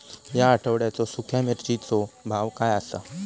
या आठवड्याचो सुख्या मिर्चीचो भाव काय आसा?